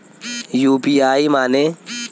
UPI माने?